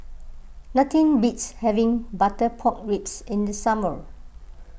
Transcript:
nothing beats having Butter Pork Ribs in the summer